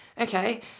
okay